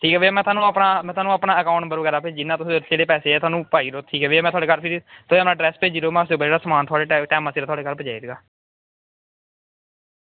ठीक ऐ भैया में थुहानू अपना अकाऊंट नंबर भेजी ओड़ना ते जिन्ने पैसे ओह् पाई ओड़ो फिर थुहानू ते एड्रैस भेजी ओड़ो में समान टैमें सिर भेजी ओड़गै